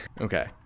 okay